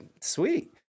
sweet